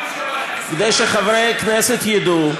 כדי שחברי הכנסת ידעו,